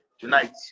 tonight